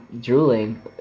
drooling